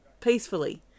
peacefully